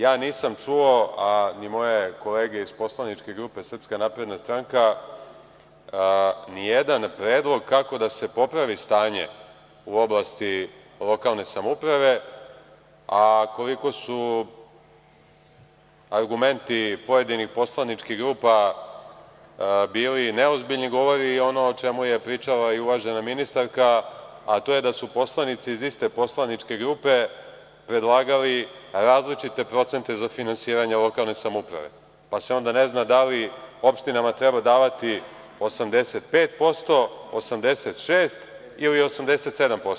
Ja nisam čuo, a ni moje kolege iz Poslaničke grupe SNS, ni jedan predlog kako da se popravi stanje u oblasti lokalne samouprave, a koliko su argumenti pojedinih poslaničkih grupa bili neozbiljni, govori i ono o čemu je pričala i uvažena minstarka, a to je da su poslanici iz iste poslaničke grupe predlagali različite procente za finansiranje lokalne samouprave, pa se onda ne zna da li opštinama treba davati 85, 86 ili 87%